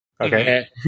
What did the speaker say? Okay